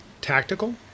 tactical